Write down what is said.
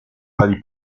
pari